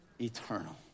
Eternal